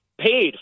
paid